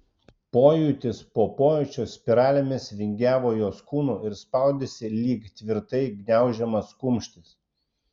pojūtis po pojūčio spiralėmis vingiavo jos kūnu ir spaudėsi lyg tvirtai gniaužiamas kumštis